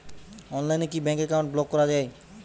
অনলাইনে কি bank account block করা য়ায়?